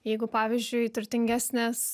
jeigu pavyzdžiui turtingesnės